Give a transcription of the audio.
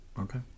Okay